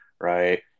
right